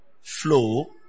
flow